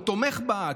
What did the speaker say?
הוא תומך בה,